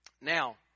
Now